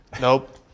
Nope